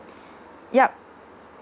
yup